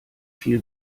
viel